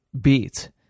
beat